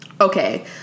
Okay